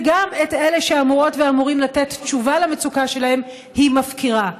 וגם את אלה שאמורות ואמורים לתת תשובה למצוקה שלהם היא מפקירה.